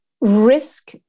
risk